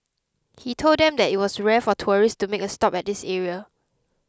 he told them that it was rare for tourists to make a stop at this area